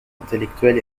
intellectuel